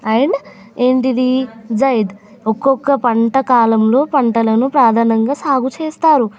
and ఏంది జైడ్ ఒక్కొక్క పంట కాలంలో పంటలను ప్రాధాన్యంగా సాగు చేస్తారు